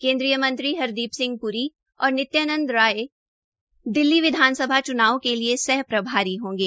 केन्द्रीय मंत्री हरदीप सिह की और नित्यानंद राय दिल्ली विधानसभा के सह प्रभारी होंगे